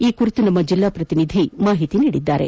ಈ ಕುರಿತು ನಮ್ಮ ಜಿಲ್ಲಾ ಪ್ರತಿನಿಧಿ ಹೆಚ್ಚಿನ ಮಾಹಿತಿ ನೀಡಿದ್ದಾರೆ